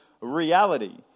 reality